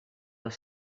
the